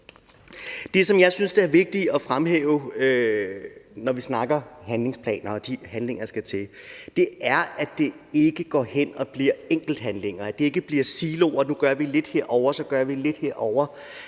Det, som jeg synes er vigtigt at fremhæve, når vi snakker handlingsplaner og de handlinger, der skal til, er, at det ikke går hen og bliver enkelthandlinger, og at det ikke bliver siloer – nu gør vi lidt herovre, og så gør vi lidt derovre.